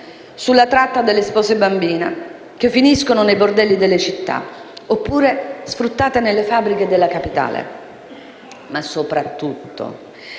sulla tratta delle spose bambine che finiscono nei bordelli delle città, oppure sfruttate nelle fabbriche della capitale. Ma soprattutto,